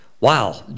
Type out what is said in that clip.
wow